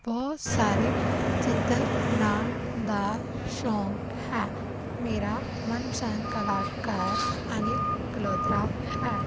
ਬਹੁਤ ਸਾਰੇ ਚਿੱਤਰ ਬਣਾਉਣ ਦਾ ਸ਼ੌਂਕ ਹੈ ਮੇਰਾ ਮਨਪਸੰਦ ਕਲਾਕਾਰ ਅਨਿਲ ਗਲੋਤਰਾ ਹੈ